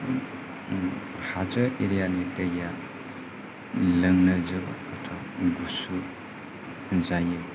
हाजो एरियानि दैया लोंनो जोबोद गुसु जायो